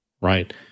Right